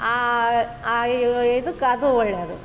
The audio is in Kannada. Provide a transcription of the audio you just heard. ಆ ಆ ಇದಕ್ಕೆ ಅದು ಒಳ್ಳೇದು